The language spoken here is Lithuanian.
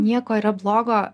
nieko yra blogo